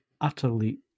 utterly